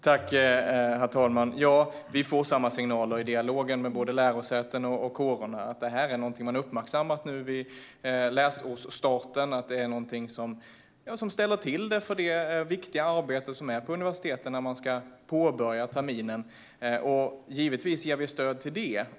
Herr talman! Vi får samma signaler i dialogen med både lärosäten och kårer: Detta är något man har uppmärksammat vid läsårsstarten och som ställer till det för det viktiga arbete som sker på universiteten när man ska påbörja terminen. Vi ger givetvis stöd till detta.